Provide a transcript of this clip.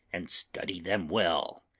and study them well.